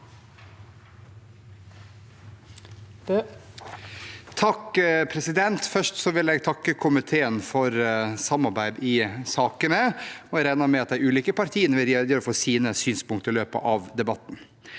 sak nr. 2): Først vil jeg takke komiteen for samarbeidet i sakene. Jeg regner med at de ulike partiene vil redegjøre for sine synspunkter i løpet av debatten.